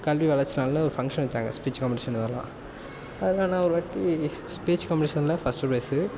கல்வி வளர்ச்சி நாள்ல ஒரு ஃபங்க்ஷன் வச்சாங்கள் ஸ்பீச் காம்பட்டீஷன் இதெல்லாம் அதில் நான் ஒருவாட்டி ஸ்பீச் காம்பட்டீஷன்ல ஃபஸ்ட்டு ப்ரைஸு